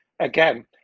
again